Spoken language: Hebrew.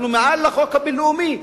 אנחנו מעל החוק הבין-לאומי,